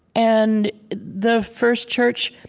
and the first church